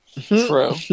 True